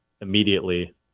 immediately